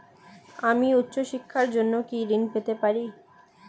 আমি উচ্চশিক্ষার জন্য কি ঋণ পেতে পারি?